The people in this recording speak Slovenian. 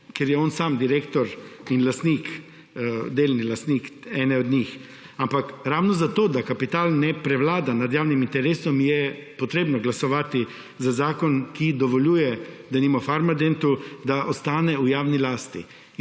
ker je on sam direktor in delni lastnik ene od njih. Ampak ravno zato, da kapital ne prevlada nad javnim interesom, je potrebno glasovati za zakon, ki dovoljuje denimo Farmadentu, da ostane v javni lasti